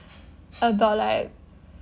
although like